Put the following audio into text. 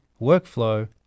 workflow